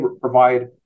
provide